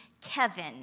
Kevin